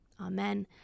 Amen